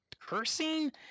cursing